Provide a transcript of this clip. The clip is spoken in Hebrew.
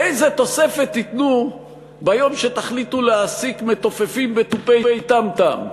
איזו תוספת תיתנו ביום שתחליטו להעסיק מתופפים בתופי טם-טם,